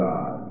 God